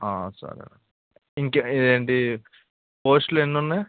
సరే ఇంక ఏంటి పోస్టులెన్నునాయ